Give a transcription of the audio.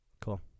Cool